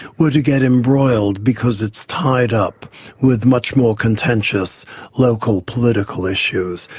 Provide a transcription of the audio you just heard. were to get embroiled because it's tied up with much more contentious local political issues.